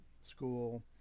school